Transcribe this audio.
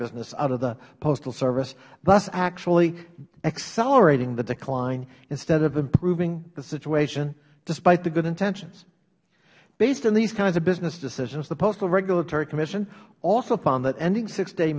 business out of the postal service thus actually accelerating the decline instead of improving the situation despite the good intentions based on these kinds of business decisions the postal regulatory commission also found that ending six day